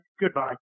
Goodbye